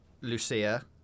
Lucia